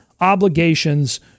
obligations